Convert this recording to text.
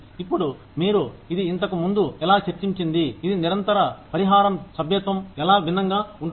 ఇప్పుడు మీరు ఇది ఇంతకు ముందు ఎలా చర్చించింది ఇది నిరంతర పరిహారం సభ్యత్వం ఎలా భిన్నంగా ఉంటుంది